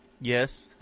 Yes